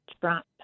Trump